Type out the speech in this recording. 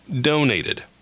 donated